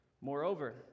Moreover